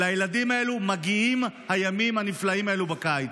לילדים האלה מגיעים הימים הנפלאים האלה בקיץ.